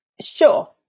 sure